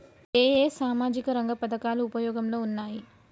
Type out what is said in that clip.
ఏ ఏ సామాజిక రంగ పథకాలు ఉపయోగంలో ఉన్నాయి?